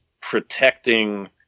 protecting